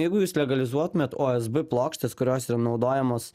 jeigu jūs legalizuotumėt ozb plokštes kurios yra naudojamos